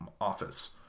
office